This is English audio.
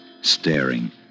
staring